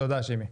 תודה שימי.